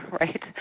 Right